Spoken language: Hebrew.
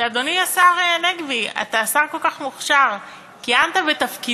שאדוני השר הנגבי, אתה שר כל כך מוכשר, תודה.